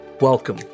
Welcome